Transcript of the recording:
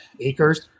acres